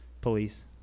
police